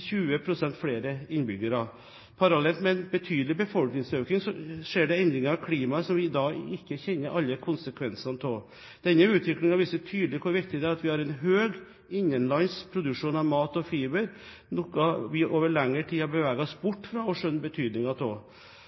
20 pst. flere innbyggere. Parallelt med en betydelig befolkningsøkning skjer det endringer i klimaet som vi i dag ikke kjenner alle konsekvensene av. Denne utviklingen viser tydelig hvor viktig det er at vi har en høy innenlands produksjon av mat og fiber, noe vi over lengre tid har beveget oss bort fra å skjønne betydningen av.